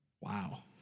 Wow